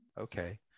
okay